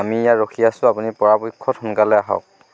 আমি ইয়াত ৰখি আছো আপুনি পৰাপক্ষত সোনকালে আহওক